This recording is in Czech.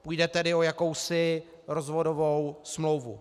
Půjde tedy o jakousi rozvodovou smlouvu.